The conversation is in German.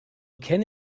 kenne